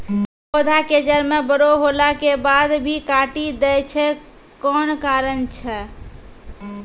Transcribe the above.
पौधा के जड़ म बड़ो होला के बाद भी काटी दै छै कोन कारण छै?